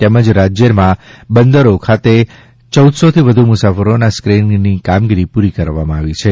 તેમજ રાજ્યમાં બંદરો ખાતે ચૌદસોથી વધુ મુસાફરોના સ્ક્રીનીંગની કામગીરી પૂરી કરાઇ છે